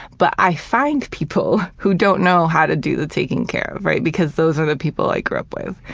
but i find people who don't know how to do the taking care of, right, because those are the people i grew up with.